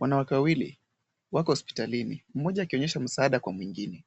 Wanawake wawili wako hospitalini, mmoja akionyesha msaada kwa mwingine.